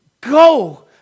go